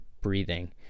breathing